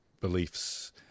beliefs